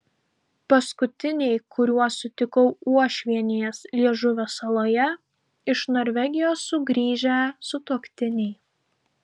paskutiniai kuriuos sutikau uošvienės liežuvio saloje iš norvegijos sugrįžę sutuoktiniai